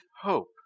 hope